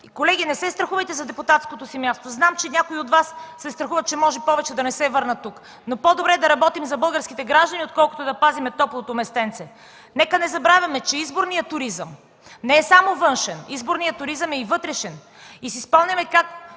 Колеги, не се страхувайте за депутатското си място. Знам, че някои от Вас се страхуват, че може повече да не се върнат тук. По-добре е да работим за българските граждани, отколкото да пазим топлото си местенце. Нека не забравяме, че изборният туризъм не е само външен, изборният туризъм е и вътрешен.